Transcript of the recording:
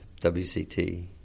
WCT